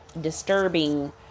disturbing